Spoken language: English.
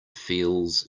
feels